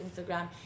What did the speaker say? instagram